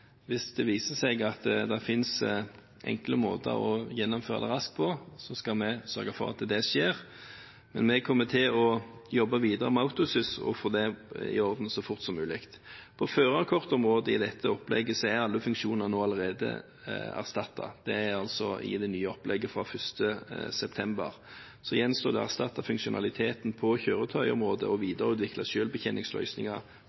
Hvis det viser seg at det finnes enkle måter å gjennomføre det raskt på, skal vi sørge for at det skjer. Vi kommer til å jobbe videre med Autosys og få det i orden så fort som mulig. På førerkortområdet i dette opplegget er alle funksjoner nå allerede erstattet – det er altså i det nye opplegget fra 1. september. Så gjenstår det å erstatte funksjonaliteten på kjøretøyområdet og